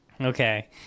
Okay